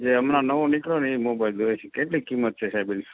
જે હમણાં નવો નીકળ્યો ને એ મોબાઈલ જોઈએ છે કેટલી કિંમત છે સાહેબ એની